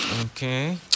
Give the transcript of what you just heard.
Okay